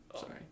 sorry